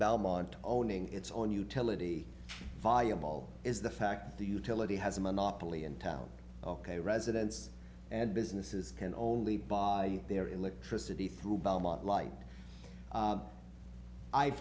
belmont owning its own utility valuable is the fact the utility has a monopoly in town ok residents and businesses can only buy their electricity through belmont light i've